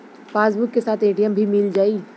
Passbook के साथ ATM भी मील जाई?